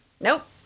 Nope